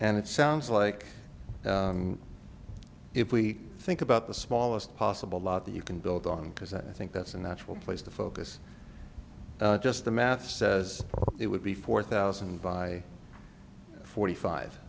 and it sounds like if we think about the smallest possible lot that you can build on because i think that's a natural place to focus just the math says it would be four thousand by forty five